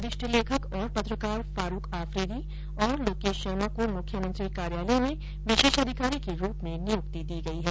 वरिष्ठ लेखक तथा पत्रकार फारूक आफरीदी तथा लोकेष शर्मा को मुख्यमंत्री कार्यालय में विषेषाधिकारी के रूप में नियुक्त दी गयी हैं